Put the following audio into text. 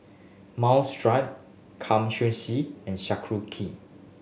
Minestrone Kamameshi and Sauerkraut